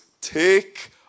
take